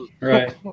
Right